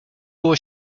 było